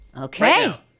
Okay